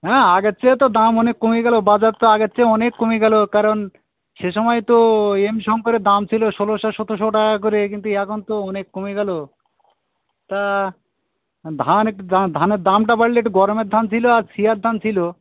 হ্যাঁ আগের চেয়ে তো দাম অনেক কমে গেলো বাজার তো আগের চেয়ে অনেক কমে গেলো কারণ সে সমায় তো এম শঙ্করের দাম ছিলো ষোলোশো সতেরোশো টাকা করে কিন্তু এখন তো অনেক কমে গেলো তা ধান একটু ধা ধানের দামটা বাড়লে একটু গরমের ধান ছিলো আর ছিয়ার ধান ছিলো